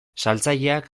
saltzaileak